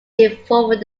involving